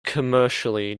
commercially